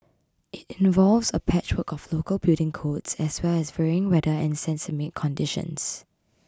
it involves a patchwork of local building codes as well as varying weather and seismic conditions